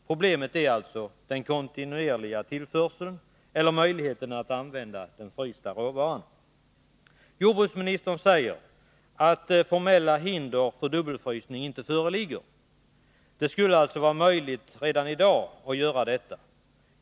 Problemet är alltså den kontinuerliga tillförseln eller möjligheten att använda den frysta råvaran. Jordbruksministern säger att formella hinder för dubbelfrysning inte föreligger. Det skulle alltså redan i dag vara möjligt att göra detta.